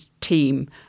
team